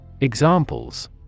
Examples